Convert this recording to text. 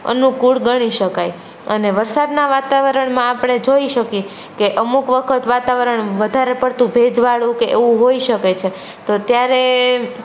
અનુકૂળ ગણી શકાય અને વરસાદનાં વાતાવરણમાં આપણે જોઈ શકીએ કે અમુક વખત વાતાવરણ વધારે પડતું ભેજવાળું કે એવું હોઈ શકે છે તો ત્યારે